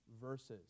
verses